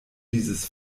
dieses